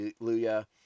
Hallelujah